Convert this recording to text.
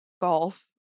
golf